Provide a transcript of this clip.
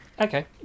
Okay